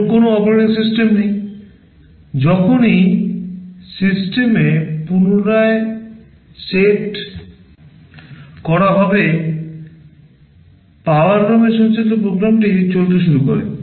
এবং কোনও operating system নেই যখনই সিস্টেমে পুনরায় সেট করা হবে পাওয়ার রমে সঞ্চিত প্রোগ্রামটি চলতে শুরু করে